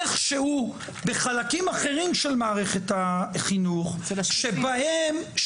איכשהו בחלקים אחרים של מערכת החינוך שבהם,